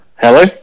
Hello